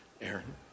Aaron